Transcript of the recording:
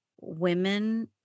women